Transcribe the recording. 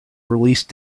release